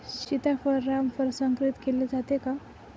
सीताफळ व रामफळ संकरित केले जाते का?